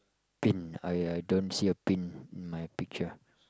pin I I don't see a pin in my picture